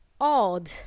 odd